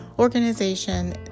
organization